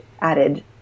added